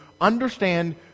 understand